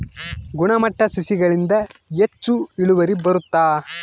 ಗುಣಮಟ್ಟ ಸಸಿಗಳಿಂದ ಹೆಚ್ಚು ಇಳುವರಿ ಬರುತ್ತಾ?